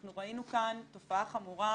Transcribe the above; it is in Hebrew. אנחנו ראינו כאן תופעה חמורה,